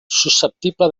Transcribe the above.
susceptible